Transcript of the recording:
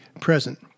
present